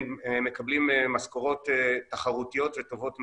הם מקבלים משכורות תחרותיות וטובות מאוד,